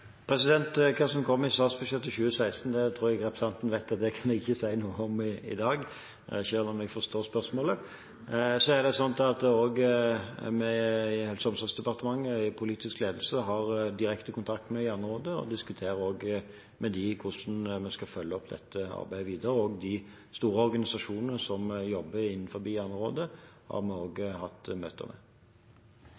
Hva som kommer i statsbudsjettet 2016, tror jeg representanten vet at jeg ikke kan si noe om i dag, selv om jeg forstår spørsmålet. Så har vi i Helse- og omsorgsdepartementet, i politisk ledelse, direkte kontakt med Hjernerådet og diskuterer også med dem hvordan vi skal følge opp dette arbeidet videre. Også de store organisasjonene som jobber innenfor Hjernerådet, har Norge hatt møter med. Jeg tillater meg å stille følgende spørsmål til helse- og